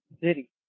city